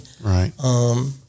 Right